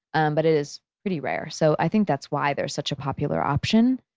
um but it is pretty rare. so, i think that's why they're such a popular option.